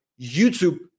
YouTube